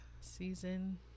season